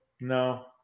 No